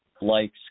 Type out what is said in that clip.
likes